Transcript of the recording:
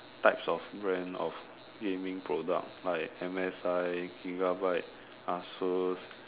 types of brand of gaming products like M_S_I Gigabyte ASUS